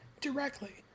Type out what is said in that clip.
Directly